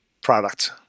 product